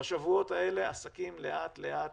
בשבועות האלה העסקים לאט-לאט